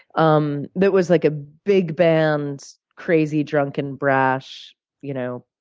um that was like a big-band, crazy, drunken, brash you know